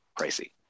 pricey